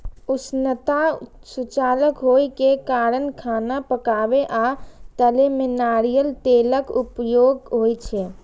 उष्णता सुचालक होइ के कारण खाना पकाबै आ तलै मे नारियल तेलक उपयोग होइ छै